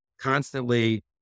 constantly